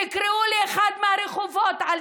תקראו לאחד מהרחובות על